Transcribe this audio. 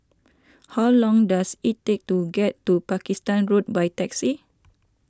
how long does it take to get to Pakistan Road by taxi